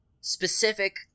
specific